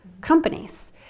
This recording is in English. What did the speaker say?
companies